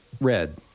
Red